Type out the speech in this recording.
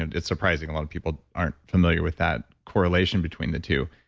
and it's surprising a lot of people aren't familiar with that correlation between the two.